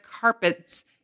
carpets